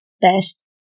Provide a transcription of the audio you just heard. best